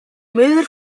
müller